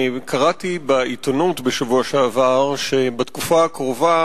קראתי בעיתונות בשבוע שעבר שבתקופה הקרובה